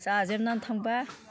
जाजोबनानै थांबा